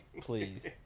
Please